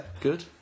Good